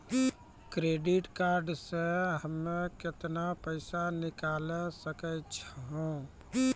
Credit card से हम्मे केतना पैसा निकाले सकै छौ?